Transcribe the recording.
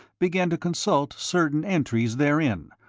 began to consult certain entries therein,